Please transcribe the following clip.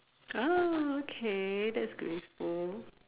uh okay that's graceful